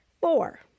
Four